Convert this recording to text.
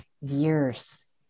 years